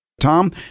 Tom